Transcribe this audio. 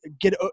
get